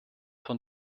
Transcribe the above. von